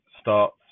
starts